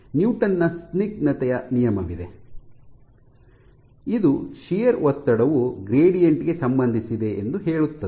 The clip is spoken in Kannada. ನ್ಯೂಟನ್ ನ ಸ್ನಿಗ್ಧತೆಯ ನಿಯಮವಿದೆ ಇದು ಶಿಯರ್ ಒತ್ತಡವು ಗ್ರೇಡಿಯಂಟ್ ಗೆ ಸಂಬಂಧಿಸಿದೆ ಎಂದು ಹೇಳುತ್ತದೆ